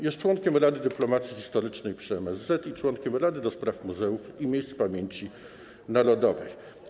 Jest członkiem Rady Dyplomacji Historycznej przy MSZ i członkiem Rady do Spraw Muzeów i Miejsc Pamięci Narodowej.